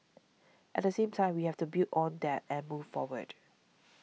at the same time we have to build on that and move forward